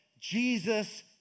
Jesus